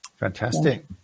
Fantastic